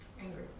Angry